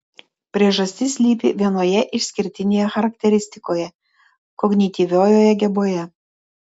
priežastis slypi vienoje išskirtinėje charakteristikoje kognityviojoje geboje